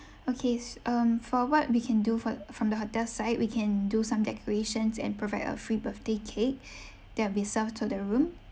okays um for what we can do fro~ from the hotel side we can do some decorations and provide a free birthday cake that will be served to the room